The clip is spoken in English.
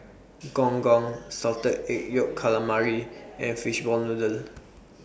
Gong Gong Salted Egg Yolk Calamari and Fishball Noodle